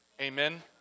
Amen